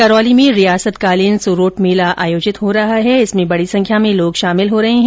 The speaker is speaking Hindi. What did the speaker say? करौली में रियासत कालीन सुरोठ मेला आयोजित किया जा रहा है जिसमें बडी संख्या में लोग शामिल हो रहे है